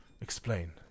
explain